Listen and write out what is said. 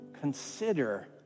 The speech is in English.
consider